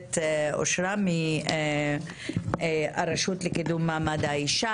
גברת אושרה פרידמן מהרשות לקידום מעמד האישה